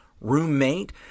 roommate